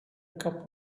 cup